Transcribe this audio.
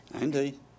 Indeed